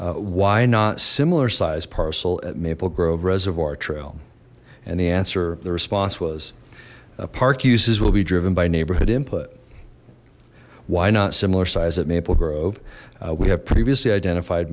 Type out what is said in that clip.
why not similar sized parcel at maple grove reservoir trail and the answer the response was parc uses will be driven by neighborhood input why not similar sized at maple grove we have previously identified